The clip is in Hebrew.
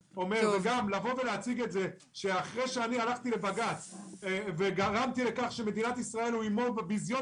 להציג את זה שאחרי שהלכתי לבג"ץ שאיים על המדינה בביזיון